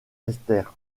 esther